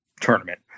tournament